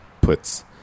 puts